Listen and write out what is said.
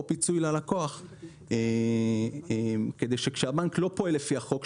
או פיצוי ללקוח כדי שכאשר הבנק לא פועל לפי החוק,